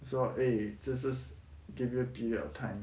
so eh 就是 give you period of time